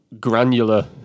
granular